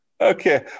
Okay